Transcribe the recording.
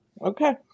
Okay